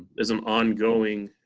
as an ongoing,